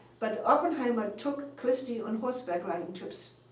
but oppenheimer took christy on horseback riding trips.